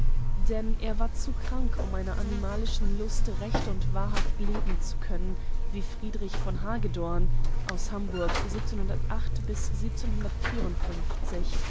denn er war zu krank um einer animalischen lust recht und wahrhaft leben zu können wie friedrich von hagedorn aus hamburg